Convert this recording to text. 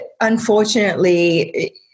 unfortunately